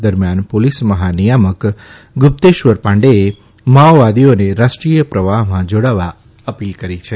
દરમિયાન પોલીસ મહાનિયામક ગુપ્તેશ્વર પાંડેએ માઓવાદીઓને રાષ્ટ્રીય પ્રવાહમાં જાડાવા અપીલ કરી છે